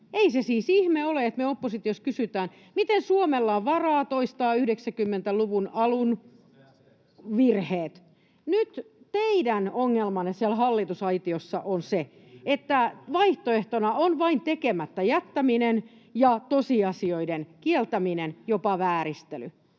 Ei se siis ihme ole, että me oppositiossa kysytään, miten Suomella on varaa toistaa 90-luvun alun virheet. Nyt teidän ongelmanne siellä hallitusaitiossa on se, että vaihtoehtoina ovat vain tekemättä jättäminen ja tosiasioiden kieltäminen, jopa vääristely.